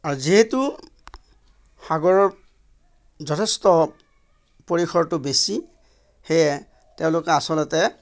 যিহেতু সাগৰত যথেষ্ট পৰিসৰটো বেছি সেয়ে তেওঁলোকে আচলতে